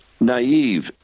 naive